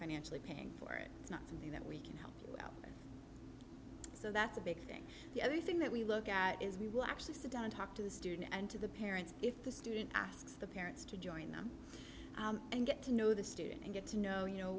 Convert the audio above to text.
financially paying for it it's not something that we can help out so that's a big thing the other thing that we look at is we will actually sit down and talk to the student and to the parents if the student asks the parents to join them and get to know the student and get to know you know